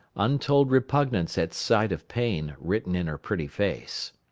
untold repugnance at sight of pain written in her pretty face.